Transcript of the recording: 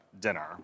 dinner